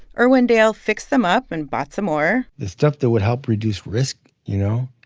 irwindale fixed them up and bought some more the stuff that would help reduce risk, you know?